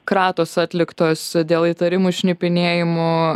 kratos atliktos dėl įtarimų šnipinėjimu